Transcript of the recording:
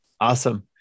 Awesome